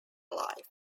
life